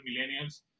millennials